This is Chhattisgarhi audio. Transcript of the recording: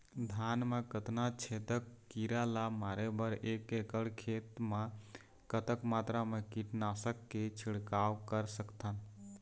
धान मा कतना छेदक कीरा ला मारे बर एक एकड़ खेत मा कतक मात्रा मा कीट नासक के छिड़काव कर सकथन?